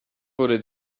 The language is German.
wurde